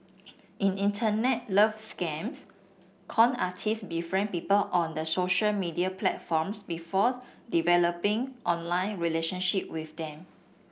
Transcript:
in Internet love scams con artist befriend people on the social media platforms before developing online relationship with them